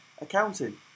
accounting